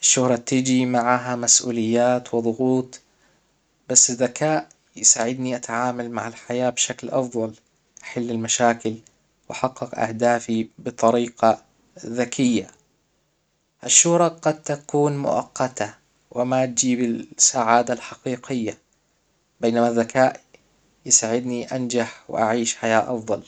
الشهرة تيجي معاها مسؤوليات وظغوط بس الذكاء يساعدني اتعامل مع الحياة بشكل افضل أحل المشاكل وأحقق اهدافي بطريقة ذكية الشهرة قد تكون مؤقتة وما تجيب السعادة الحقيقية بينما الذكاء يساعدني انجح واعيش حياة افضل.